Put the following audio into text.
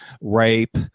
rape